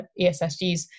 ESSGs